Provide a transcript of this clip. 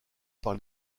par